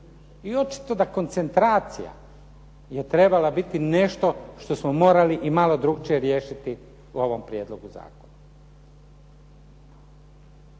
I očito da koncentracija je trebala biti nešto što smo morali i malo drugačije riješiti u ovom prijedlogu zakona.